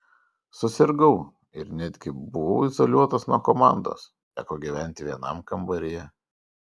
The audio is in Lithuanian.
susirgau ir netgi buvau izoliuotas nuo komandos teko gyventi vienam kambaryje